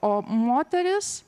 o moteris